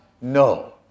No